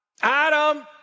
Adam